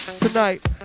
Tonight